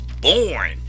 born